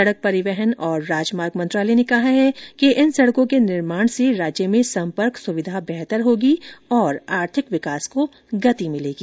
सड़क परिवहन और राजमार्ग मंत्रालय ने कहा है कि इन सड़कों के निर्माण से राज्य में सम्पर्क सुविधा बेहतर होगी और आर्थिक विकास को गति मिलेगी